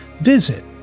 visit